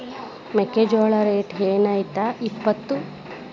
ಮೆಕ್ಕಿಜೋಳ ರೇಟ್ ಏನ್ ಐತ್ರೇ ಇಪ್ಪತ್ತು?